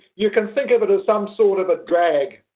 you can think of it as some sort of a drag,